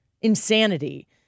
insanity